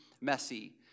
messy